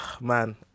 Man